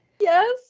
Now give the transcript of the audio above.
Yes